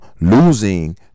losing